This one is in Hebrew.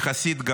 יחסית,